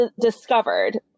discovered